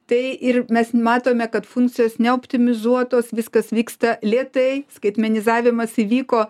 tai ir mes matome kad funkcijos neoptimizuotos viskas vyksta lėtai skaitmenizavimas įvyko